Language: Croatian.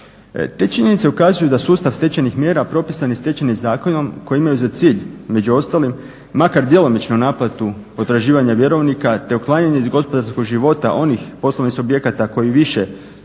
Te činjenice ukazuju da sustav stečajnih mjera propisanih Stečajnim zakonom koji imaju za cilj među ostalim makar djelomičnu naplatu potraživanja vjerovnika te uklanjanje s gospodarskog života onih poslovnih subjekata koji više zbog